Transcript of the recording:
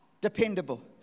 dependable